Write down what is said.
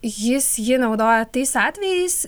jis jį naudoja tais atvejais